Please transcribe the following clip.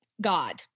God